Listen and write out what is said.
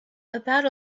about